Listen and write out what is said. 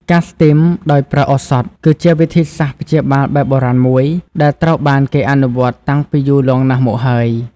ការស្ទីមដោយប្រើឱសថ គឺជាវិធីសាស្ត្រព្យាបាលបែបបុរាណមួយ ដែលត្រូវបានគេអនុវត្តតាំងពីយូរលង់ណាស់មកហើយ។